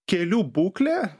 kelių būklė